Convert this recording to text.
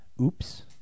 Oops